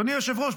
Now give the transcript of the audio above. אדוני היושב-ראש,